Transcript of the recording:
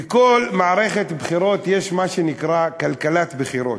בכל מערכת בחירות יש מה שנקרא כלכלת בחירות.